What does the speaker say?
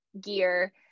gear